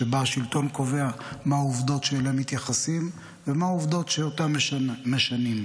שבה השלטון קובע מה העובדות שאליהן מתייחסים ומה העובדות שאותן משנים.